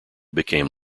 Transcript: became